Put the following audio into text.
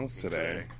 today